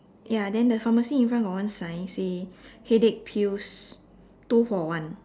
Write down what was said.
ya then the pharmacy in front got one sign say headache pills two for one